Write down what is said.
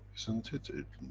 isn't it,